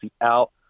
out